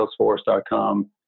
Salesforce.com